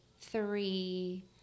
Three